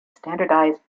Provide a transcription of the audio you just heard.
standardized